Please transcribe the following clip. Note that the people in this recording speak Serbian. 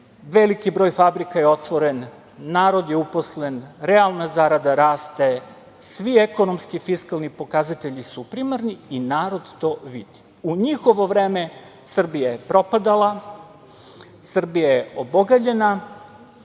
veliki broj fabrika je otvoren, narod je uposlen, realna zarada raste, svi ekonomski i fiskalni pokazatelji su primarni i narod to vidi. U njihovo vreme Srbija je propadala, Srbija je obogaljena